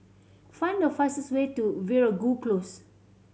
find the fastest way to Veeragoo Close